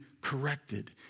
corrected